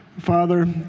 Father